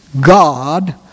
God